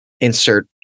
insert